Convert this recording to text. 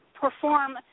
perform